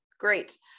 Great